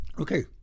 Okay